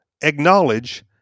acknowledge